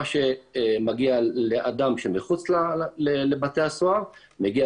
מה שמגיע לאדם שמחוץ לבתי הסוהר מגיע